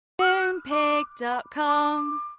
Moonpig.com